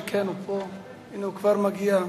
הנה, הוא כבר מגיע.